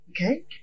Okay